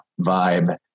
vibe